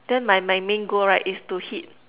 then my my main goal right is to hit